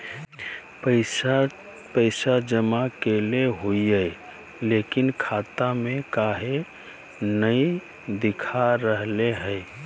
पैसा जमा कैले हिअई, लेकिन खाता में काहे नई देखा रहले हई?